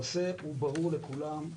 הנושא הוא ברור לכולם.